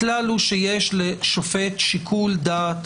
הכלל הוא שיש לשופט שיקול דעת,